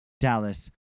Dallas